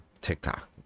TikTok